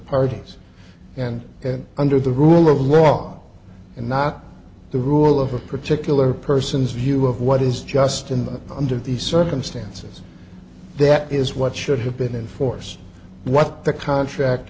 parties and under the rule of law and not the rule of a particular person's view of what is just in the under these circumstances that is what should have been enforced what the contract